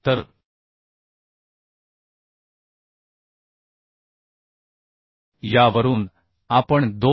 तर यावरून आपण 2